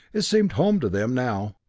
it seemed home to them now!